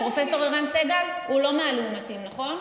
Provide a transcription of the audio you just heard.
פרופ' ערן סגל הוא לא מהלעומתיים, נכון?